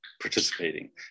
participating